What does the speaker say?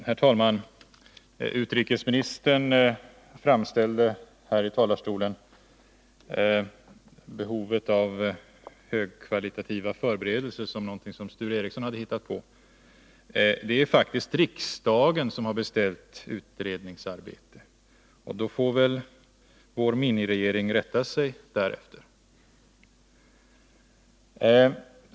Herr talman! Utrikesministern framställde här i talarstolen behovet av högkvalitativa förberedelser som någonting som Sture Ericson hade hittat på. Det är faktiskt riksdagen som har beställt ett utredningsarbete. Då får väl vår miniregering rätta sig därefter.